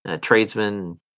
tradesmen